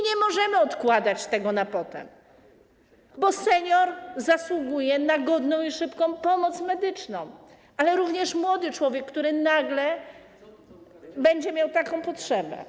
Nie możemy odkładać tego na potem, bo senior zasługuje na godną i szybką pomoc medyczną, ale również młody człowiek, który nagle będzie miał taką potrzebę.